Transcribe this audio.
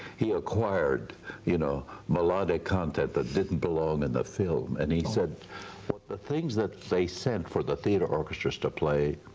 he acquired you know melodic content that didn't belong in the film. and he said what the things that they sent for the theater orchestras to play,